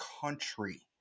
country